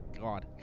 God